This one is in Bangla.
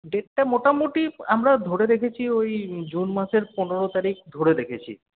ডেটটা মোটামোটি আমরা ধরে রেখেছি ওই জুন মাসের পনেরো তারিখ ধরে রেখেছি